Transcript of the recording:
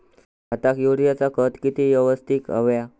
भाताक युरियाचा खत किती यवस्तित हव्या?